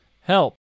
help